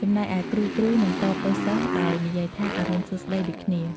ចំណែកឯគ្រូៗនឹងតបទៅសិស្សដោយនិយាយថា "អរុណសួស្តី" ដូចគ្នា។